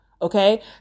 Okay